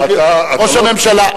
ראש הממשלה,